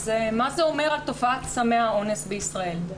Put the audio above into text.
אז מה זה אומר על תופעת סמי האונס בישראל?